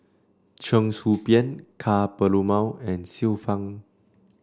Cheong Soo Pieng Ka Perumal and Xiu Fang